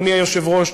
אדוני היושב-ראש,